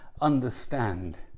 understand